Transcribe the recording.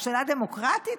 הממשלה הדמוקרטית?